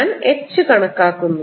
ഞാൻ H കണക്കാക്കുന്നു